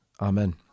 Amen